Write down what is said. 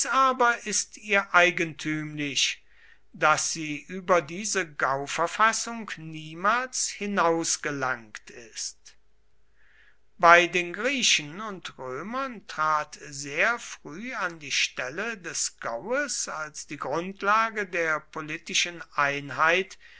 aber ist ihr eigentümlich daß sie über diese gauverfassung niemals hinausgelangt ist bei den griechen und römern trat sehr früh an die stelle des gaues als die grundlage der politischen einheit